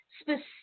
specific